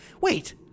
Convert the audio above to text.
Wait